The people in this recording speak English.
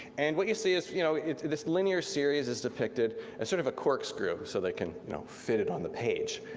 and what you see is you know this linear series is depicted as sort of a corkscrew so they can you know fit it on the page.